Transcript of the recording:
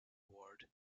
award